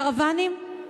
קרוונים,